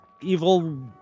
evil